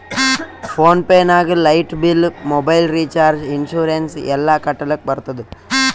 phone pay ನಾಗ್ light bill, mobile recharge, insurance ಎಲ್ಲಾ ಕಟ್ಟಲಕ್ ಬರ್ತುದ್